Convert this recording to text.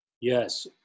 Yes